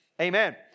Amen